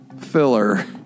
Filler